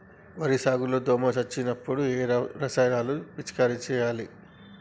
వరి సాగు లో దోమ వచ్చినప్పుడు ఏ రసాయనాలు పిచికారీ చేయాలి?